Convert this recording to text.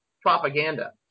propaganda